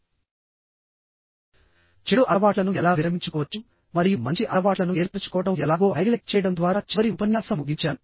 మీరు చెడు అలవాట్లను ఎలా విరమించుకోవచ్చు మరియు మంచి అలవాట్లను ఏర్పరచుకోవడం ఎలాగో హైలైట్ చేయడం ద్వారా నేను చివరి ఉపన్యాసం ముగించాను